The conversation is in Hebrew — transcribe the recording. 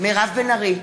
מירב בן ארי,